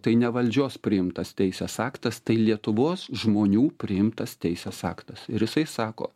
tai ne valdžios priimtas teisės aktas tai lietuvos žmonių priimtas teisės aktas ir jisai sako